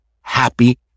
happy